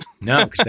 No